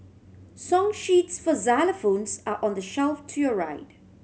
song sheets for xylophones are on the shelf to your right